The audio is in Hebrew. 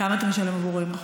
כמה אתה משלם עבור רואים רחוק?